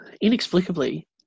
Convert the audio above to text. inexplicably